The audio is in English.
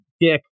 Dick